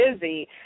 busy